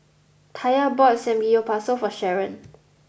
Taya bought Samgeyopsal for Sharon